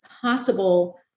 possible